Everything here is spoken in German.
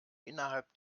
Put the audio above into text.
innerhalb